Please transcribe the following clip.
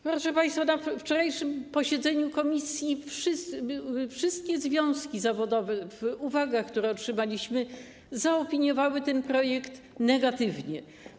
Proszę państwa, na wczorajszym posiedzeniu komisji wszystkie związki zawodowe w uwagach, które otrzymaliśmy, zaopiniowały ten projekt negatywnie.